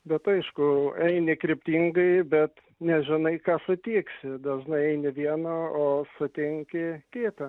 bet aišku eini kryptingai bet nežinai ką sutiksi dažnai eini vieną o sutinki kitą